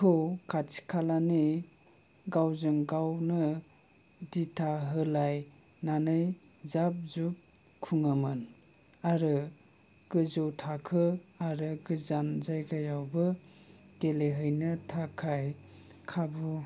खौ खाथि खालानि गावजों गावनो दिथा होलायनानै जाब जुब खुङोमोन आरो गोजौ थाखो आरो गोजान जायगायावबो गेलेहैनो थाखाय खाबु